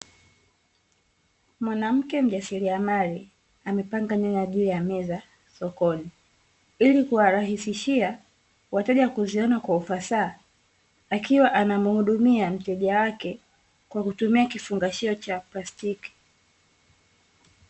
Mwanamke mjasiriamali amepanga nyanya juu ya meza sokoni, ili kuwarahisishia wateja kuziona kwa ufasaha, akiwa anamhudumia mteja wake kwa kutumia kifungashio cha plastiki.